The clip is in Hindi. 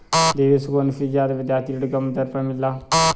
देवेश को अनुसूचित जाति विद्यार्थी ऋण कम दर पर मिला है